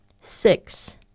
Six